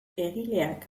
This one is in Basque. egileak